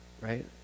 right